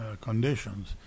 conditions